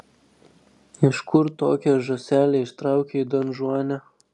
iš kur tokią žąselę ištraukei donžuane